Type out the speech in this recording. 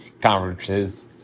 conferences